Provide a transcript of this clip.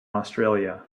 australia